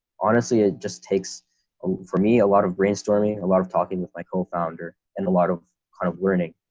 honestly, it just takes for me a lot of brainstorming a lot of talking with my co founder and a lot of content kind of learning,